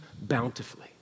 bountifully